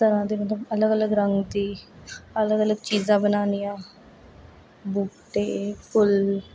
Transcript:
तरह दे मतलब अलग अलग रंग दी अलग अलग चीजां बनानियां बूहटे फुल्ल